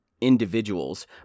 individuals